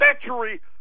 century